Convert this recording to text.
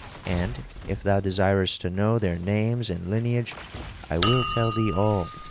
and if thou desirest to know their names and lineage i will tell thee all.